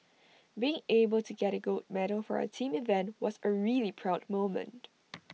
being able to get A gold medal for our team event was A really proud moment